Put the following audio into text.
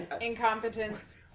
Incompetence